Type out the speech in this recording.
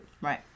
Right